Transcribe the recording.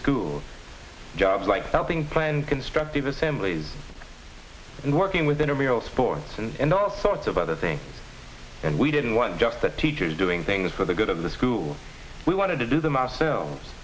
school jobs like helping plan constructive assemblies and working within a real sports and all sorts of other things and we didn't want just the teachers doing things for the good of the school we wanted to do them ourselves